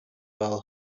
well